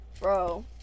Bro